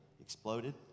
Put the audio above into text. exploded